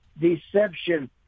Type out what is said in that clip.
deception